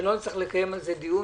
שלא נצטרך לקיים על זה דיון,